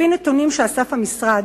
לפי נתונים שאסף המשרד,